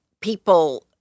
People